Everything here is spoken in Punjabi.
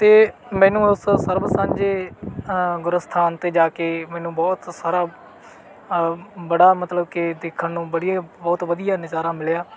ਅਤੇ ਮੈਨੂੰ ਉਸ ਸਰਬ ਸਾਂਝੇ ਗੁਰ ਅਸਥਾਨ 'ਤੇ ਜਾ ਕੇ ਮੈਨੂੰ ਬਹੁਤ ਸਾਰਾ ਬੜਾ ਮਤਲਬ ਕੇ ਦੇਖਣ ਨੂੰ ਬੜੀਆ ਬਹੁਤ ਵਧੀਆ ਨਜ਼ਾਰਾ ਮਿਲਿਆ